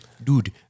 Dude